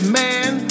man